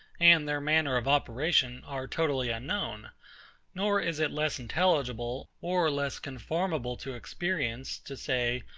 and their manner of operation, are totally unknown nor is it less intelligible, or less conformable to experience, to say,